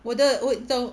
我的我懂